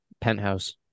Penthouse